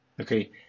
Okay